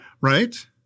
right